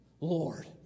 Lord